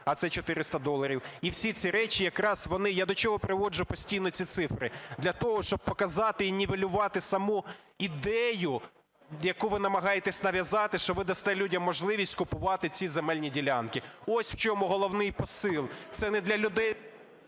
а це 400 доларів. І всі ці речі, якраз вони... Я до чого приводжу постійно ці цифри? Для того, щоб показати і нівелювати саму ідею, яку ви намагаєтесь нав'язати, що ви дасте людям можливість купувати ці земельні ділянки. Ось в чому головний посил. Це не для людей...